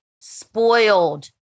spoiled